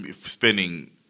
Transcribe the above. spending